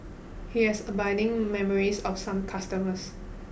he has abiding memories of some customers